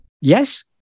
Yes